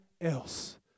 else